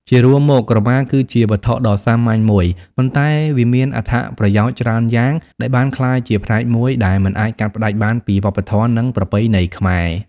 ជារួមមកក្រមាគឺជាវត្ថុដ៏សាមញ្ញមួយ ប៉ុន្តែវាមានអត្ថប្រយោជន៍ច្រើនយ៉ាងដែលបានក្លាយជាផ្នែកមួយដែលមិនអាចកាត់ផ្ដាច់បានពីវប្បធម៌ និងប្រពៃណីខ្មែរ។